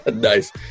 Nice